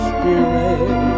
Spirit